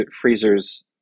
freezers